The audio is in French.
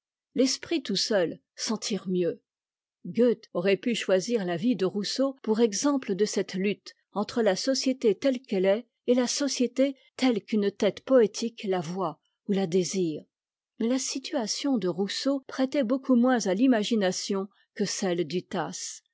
l'esprit tout seul s'en tire mieux goethe aurait pu choisir la vie de rousseau pour exemple de cette lutte entre la société telle qu'elle est et la société telle qu'une tête poétique la voit ou la désire mais la situation de rousseau prêtait beaucoup moins à l'imagination que celle du tasse